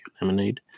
lemonade